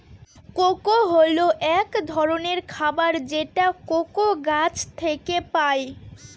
cocoa হল এক ধরনের খাবার যেটা কোকো গাছ থেকে পায়